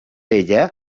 ella